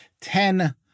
ten